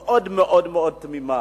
מאוד מאוד מאוד תמימה.